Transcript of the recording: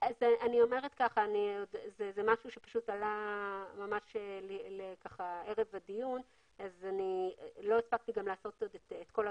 זה משהו שעלה ממש ערב הדיון ולא הספקתי לעשות את כל הבדיקות.